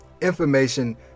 Information